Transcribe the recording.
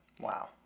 Wow